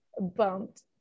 bumped